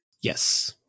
Yes